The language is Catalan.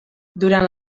durant